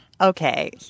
Okay